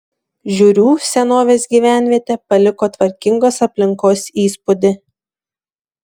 žiūrių senovės gyvenvietė paliko tvarkingos aplinkos įspūdį